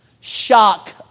shock